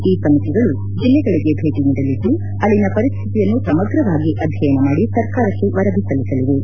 ಈ ಸಮಿತಿಗಳು ಜಿಲ್ಲೆಗಳಿಗೆ ಭೇಟಿ ನೀಡಿದ್ದು ಅಲ್ಲಿನ ಪರಿಸ್ತಿತಿಯನ್ನು ಸಮಗ್ರವಾಗಿ ಅಧ್ಯಯನ ಮಾಡಿ ಸರ್ಕಾರಕ್ಕೆ ವರದಿ ಸಲ್ಲಿಸಲಿವೆ